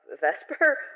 Vesper